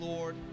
Lord